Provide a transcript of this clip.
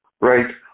right